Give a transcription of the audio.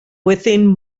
within